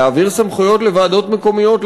להעביר סמכויות לוועדות מקומיות?